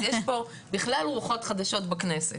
אז יש פה בכלל רוחות חדשות בכנסת.